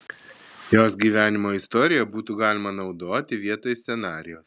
jos gyvenimo istoriją būtų galima naudoti vietoj scenarijaus